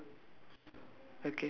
what colour is it in yellow